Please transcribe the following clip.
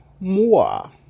more